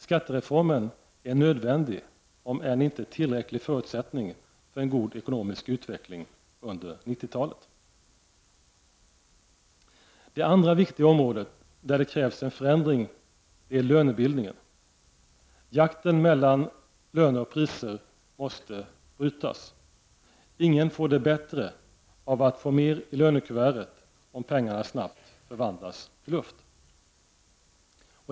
Skattereformen är en nödvändig, om än inte tillräcklig, förutsättning för en god ekonomisk utveckling under 90-talet. Det andra viktiga området där det krävs en förändring är lönebildningen. Jakten mellan löner och priser måste brytas. Ingen får det bättre av att få mer i lönekuvertet om pengarna snabbt förvandlas till luft.